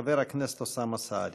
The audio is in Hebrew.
חבר הכנסת אוסאמה סעדי.